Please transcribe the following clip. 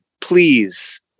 please